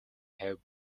have